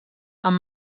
amb